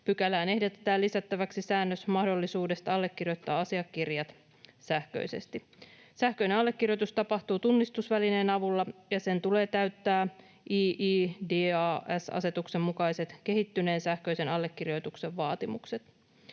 Pykälään ehdotetaan lisättäväksi säännös mahdollisuudesta allekirjoittaa asiakirjat sähköisesti. Sähköinen allekirjoitus tapahtuu tunnistusvälineen avulla, ja sen tulee täyttää eIDAS-asetuksen mukaiset kehittyneen sähköisen allekirjoituksen vaatimukset.